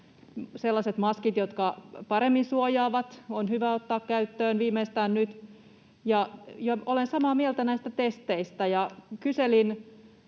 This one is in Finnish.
sellaiset maskit, jotka paremmin suojaavat, on hyvä ottaa käyttöön viimeistään nyt, ja olen samaa mieltä näistä testeistä. Kyselin